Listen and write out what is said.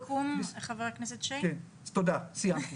תודה סיימתי.